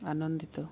ଆନନ୍ଦିତ